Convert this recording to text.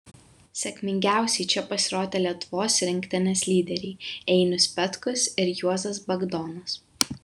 sėkmingiausiai čia pasirodė lietuvos rinktinės lyderiai einius petkus ir juozas bagdonas